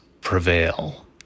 prevail